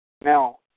Now